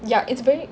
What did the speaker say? ya it's very